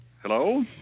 Hello